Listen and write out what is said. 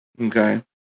Okay